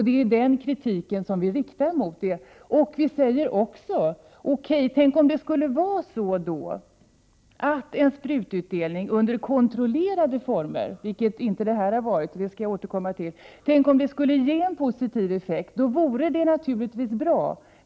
Det är därför som vi kommer med kritik. Vi säger också: Okej, tänk om det skulle vara så, att en sprututdelning under kontrollerade former — vilket det här inte har varit, och det skall jag återkomma till — skulle ge en positiv effekt. Då vore det naturligtvis bra.